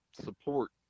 support